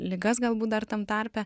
ligas galbūt dar tam tarpe